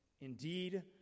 Indeed